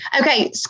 Okay